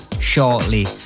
shortly